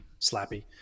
Slappy